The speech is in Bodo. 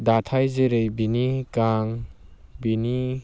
दाथाय जेरै बिनि गां बिनि